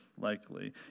likely